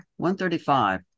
135